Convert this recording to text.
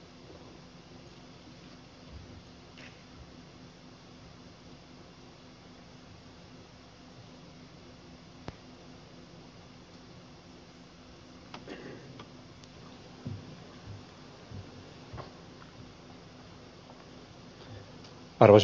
arvoisa puhemies